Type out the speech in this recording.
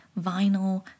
vinyl